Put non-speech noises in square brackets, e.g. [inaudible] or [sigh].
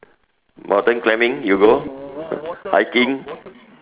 mountain climbing you go [laughs] hiking